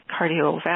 cardiovascular